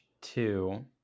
two